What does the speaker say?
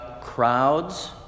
crowds